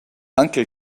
uncle